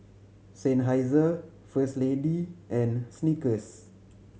Seinheiser First Lady and Snickers